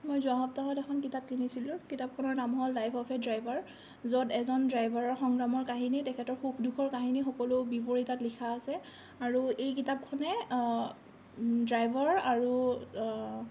মই যোৱা সপ্তাহত এখন কিতাপ কিনিছিলোঁ কিতাপখনৰ নাম হ'ল লাইফ অফ এ ড্ৰাইভাৰ য'ত এজন ড্ৰাইভাৰৰ সংগ্ৰামৰ কাহিনী তেখেতৰ সুখ দুখৰ কাহিনী সকলো তাত বিৱৰি লিখা আছে আৰু এই কিতাপখনে ড্ৰাইভাৰ আৰু